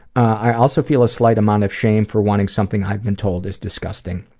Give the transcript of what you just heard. i also feel a slight amount of shame for wanting something i've been told is disgusting.